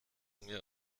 mir